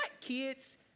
kids